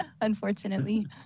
unfortunately